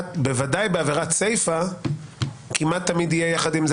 בוודאי בעבירת סיפה כמעט תמיד יהיה יחד עם זה